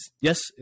Yes